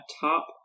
top